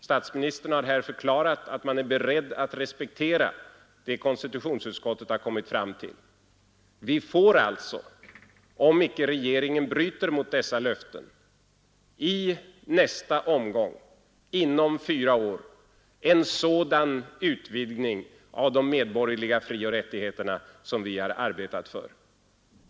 Statsministern har här förklarat att han är beredd att respektera det konstitutionsutskottet har kommit fram till. Vi får alltså, om inte regeringen bryter mot dessa löften, i nästa omgång inom fyra år en sådan utvidgning av de medborgerliga frioch rättigheterna som vi har arbetat för.